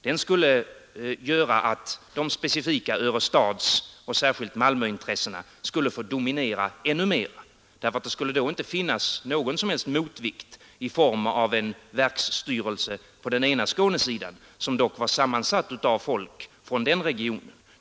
Den skulle göra att de speciella Örestadsoch särskilt Malmöintressena finge dominera ännu mer därför att det skulle då inte finnas någon som helst motvikt i form av en verksstyrelse på den andra Skånedelen — som dock var sammansatt av folk från den regionen.